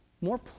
more